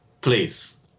Please